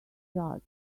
judge